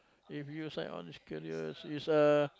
if you sign on the schedule is uh